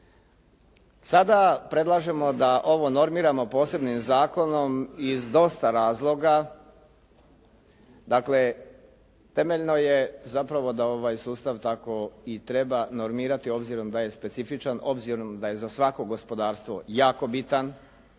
Sada predlažemo da ovo normiramo posebnim zakonom iz dosta razloga, dakle temeljno je zapravo da ovaj sustav tako i treba normirati obzirom da je specifičan, obzirom da je za svako gospodarstvo jako bitan